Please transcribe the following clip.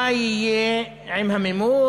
מה יהיה עם המימון?